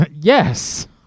yes